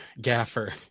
gaffer